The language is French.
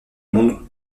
monde